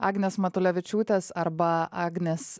agnės matulevičiūtės arba agnės